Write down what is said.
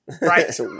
Right